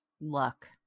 luck